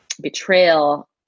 betrayal